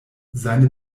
seine